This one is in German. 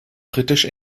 britisch